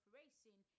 racing